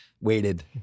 waited